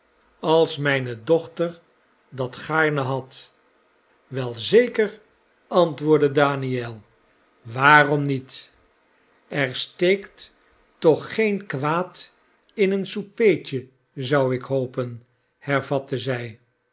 als mijne dochter dat gaarne had wei zeker antwoordde daniel waarom niet er steekt toch geen kwaad in een soupeetje zou ik hopen hervatte zij